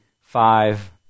five